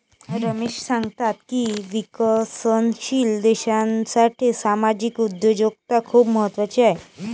रमेश सांगतात की विकसनशील देशासाठी सामाजिक उद्योजकता खूप महत्त्वाची आहे